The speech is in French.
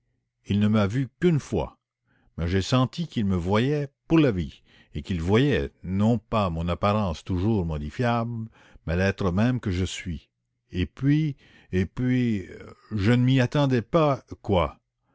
il ne m'a vu qu'une fois mais j'ai senti qu'il me voyait pour la vie et qu'il voyait non pas mon apparence toujours modifiable mais l'être même que je suis